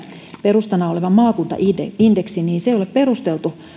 perustana oleva maakuntaindeksi ei ole perusteltu